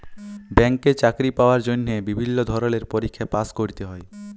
ব্যাংকে চাকরি পাওয়ার জন্হে বিভিল্য ধরলের পরীক্ষায় পাস্ ক্যরতে হ্যয়